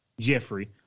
Jeffrey